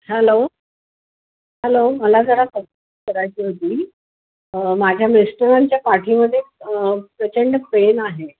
hello hello मला जरा चौकशी करायची होती माझ्या मिस्टरांच्या पाठीमध्ये प्रचंड पेन आहे